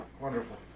Wonderful